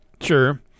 sure